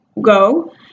go